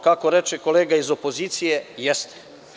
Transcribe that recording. Kako reče kolega iz opozicije, jeste.